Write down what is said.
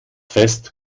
fest